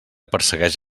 persegueix